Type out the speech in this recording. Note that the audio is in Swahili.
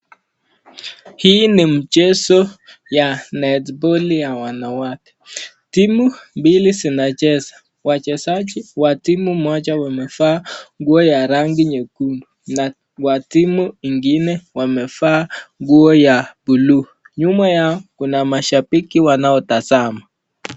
Hii ni mchezo ya netiboli ya wanawake ,timu mbili zinacheza , wachezaji wa timu moja wamevaa nguo ya rangi nyekundu na wa timu ingine wamevaa nguo ya bluu, nyuma yao kuna mashabiki wanaotazama.